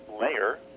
layer